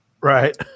right